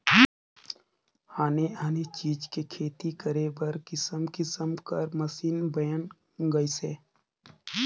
आने आने चीज के खेती करे बर किसम किसम कर मसीन बयन गइसे